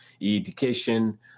education